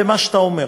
אני עובד בבניין,